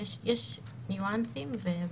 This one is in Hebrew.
יש ניואנסים.